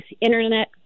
Internet